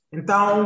Então